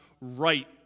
right